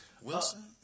Wilson